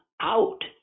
out